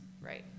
right